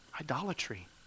Idolatry